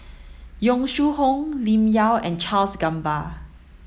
Yong Shu Hoong Lim Yau and Charles Gamba